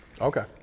Okay